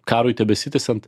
karui tebesitęsiant